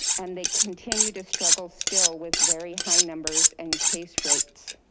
and they continue to struggle still with very high numbers and case rates.